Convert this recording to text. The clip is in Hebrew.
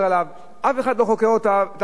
אף אחד לא חוקר את הרשלנות הזאת.